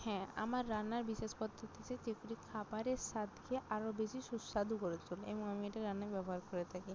হ্যাঁ আমার রান্নার বিশেষ পদ্ধতি আছে যেগুলি খাবারের স্বাদকে আরো বেশি সুস্বাদু করে তোলে এবং আমি এটা রান্নায় ব্যবহার করে থাকি